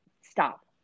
stop